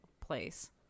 place